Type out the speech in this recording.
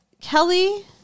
Kelly